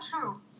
true